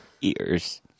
ears